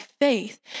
faith